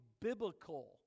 biblical